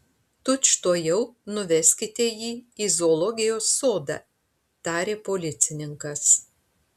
tučtuojau nuveskite jį į zoologijos sodą tarė policininkas